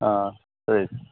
ಹಾಂ ಸರಿ